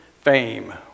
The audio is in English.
fame